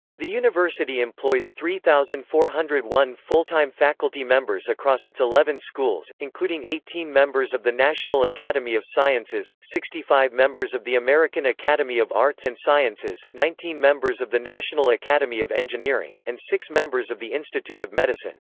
the university employs three thousand four hundred and one full-time faculty members across its eleven schools, including eighteen members of the national academy of sciences, sixty five members of the american academy of arts and sciences, nineteen members of the national academy of engineering, and six members of the institute of medicine.